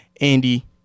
Andy